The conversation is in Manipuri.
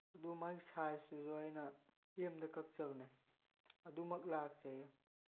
ꯑꯗꯨ ꯃꯥꯒꯤ ꯁꯥꯏꯇꯨꯁꯨ ꯑꯩꯅ ꯑꯦꯝꯗ ꯀꯛꯆꯕꯅꯦ ꯑꯗꯨꯃꯛ ꯂꯥꯛꯆꯩ